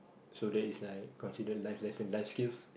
so that is like considered life lesson life skills